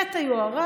חטא היוהרה,